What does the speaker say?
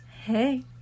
Hey